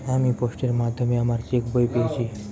আমি পোস্টের মাধ্যমে আমার চেক বই পেয়েছি